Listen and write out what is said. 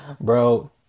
Bro